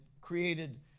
created